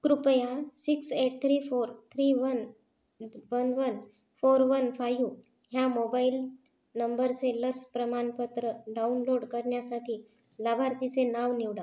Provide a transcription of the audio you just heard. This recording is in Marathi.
कृपया six eight three four three one one one four one five ह्या मोबाईल नंबरचे लस प्रमाणपत्र डाउनलोड करण्यासाठी लाभार्थीचे नाव निवडा